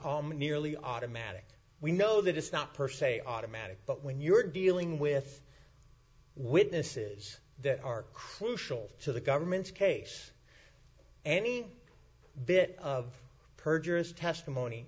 all merely automatic we know that it's not per se automatic but when you're dealing with witnesses that are crucial to the government's case any bit of perjury is testimony